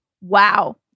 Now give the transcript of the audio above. Wow